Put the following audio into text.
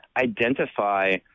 identify